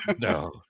no